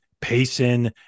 Payson